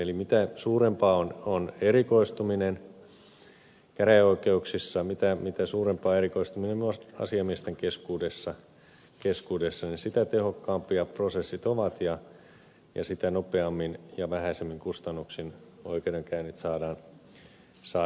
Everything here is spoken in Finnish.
eli mitä suurempaa on erikoistuminen käräjäoikeuksissa mitä suurempaa erikoistuminen on myös asiamiesten keskuudessa sitä tehokkaampia prosessit ovat ja sitä nopeammin ja vähäisemmin kustannuksin oikeudenkäynnit saadaan hoidettua